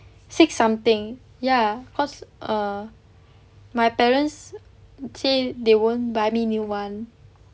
six something ya cause err my parents say they won't buy me new [one]